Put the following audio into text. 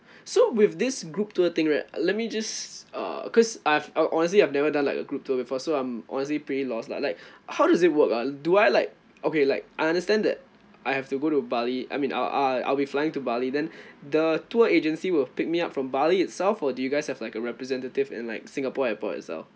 so with this group tour thing right let me just uh cause I've ho~ honestly I've never done like a group tour before so I'm honestly pretty lost lah like how does it work ah do I like okay like I understand that I have to go to bali I mean I'll I'll I'll be flying to bali then the tour agency will pick me up from bali itself or do you guys have like a representative in like singapore airport itself